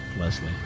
Leslie